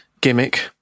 gimmick